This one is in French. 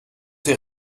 tes